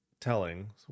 telling